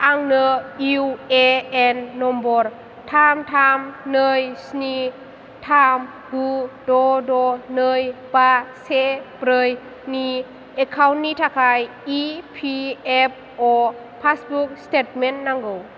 आंनो UAN number थाम थाम नै स्नि थाम गु द' द' नै बा से ब्रैनि एकाउन्टनि थाखाय इपिएफअ पासबुक स्टेटमेन्ट नांगौ